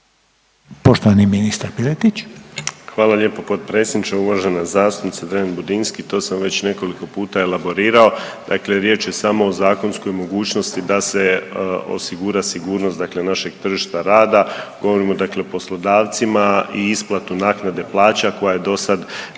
Marin (HDZ)** Hvala lijepo potpredsjedniče. Uvažena zastupnice Dreven Budinski, to sam već nekoliko puta elaborirao, dakle riječ je samo o zakonskoj mogućnosti da se osigura sigurnost dakle našeg tržišta rada, govorimo dakle o poslodavcima i isplatu naknade plaća koja je dosad